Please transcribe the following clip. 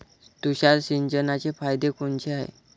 तुषार सिंचनाचे फायदे कोनचे हाये?